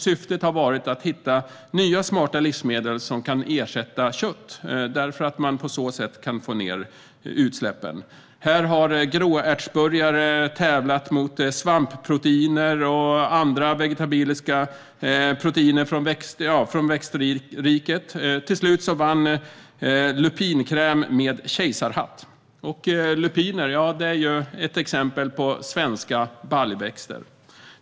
Syftet är att hitta nya smarta livsmedel som kan ersätta kött, eftersom man på så sätt kan få ned utsläppen. Här har gråärtsburgare tävlat mot svampproteiner och andra vegetabiliska proteiner. Till slut vann lupinkräm med kejsarhatt. Lupiner är ju ett exempel på svenska baljväxter.